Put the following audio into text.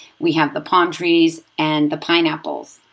we have the palm trees and the pineapples.